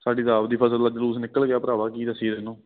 ਸਾਡੀ ਤਾਂ ਆਪਦੀ ਫਸਲ ਦਾ ਜਲੂਸ ਨਿਕਲ ਗਿਆ ਭਰਾਵਾਂ ਕੀ ਦੱਸੀਏ ਤੈਨੂੰ